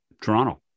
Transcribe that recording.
Toronto